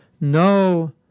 no